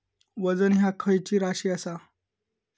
वजन ह्या खैची राशी असा?